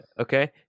Okay